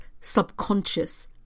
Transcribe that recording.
subconscious